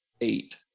eight